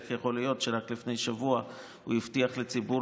איך יכול להיות שרק לפני שבוע הוא הבטיח לציבור